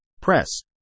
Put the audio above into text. press